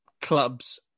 clubs